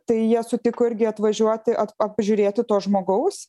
tai jie sutiko irgi atvažiuoti apžiūrėti to žmogaus